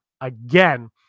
again